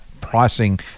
pricing